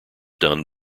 done